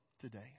today